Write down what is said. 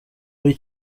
muri